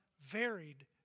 varied